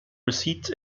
receipts